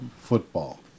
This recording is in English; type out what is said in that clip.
football